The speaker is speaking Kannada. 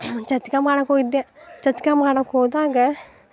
ಚಚ್ಕಾ ಮಾಡಕ್ಕೆ ಹೊಯಿದ್ದೆ ಚಚ್ಕಾ ಮಾಡಕ್ಕೆ ಹೋದಾಗ